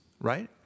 Right